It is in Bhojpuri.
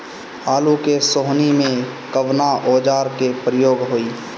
आलू के सोहनी में कवना औजार के प्रयोग होई?